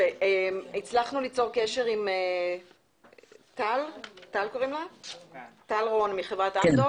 הצלחנו ליצור קשר עם טל רון מחברת אמדוקס.